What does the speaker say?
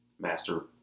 master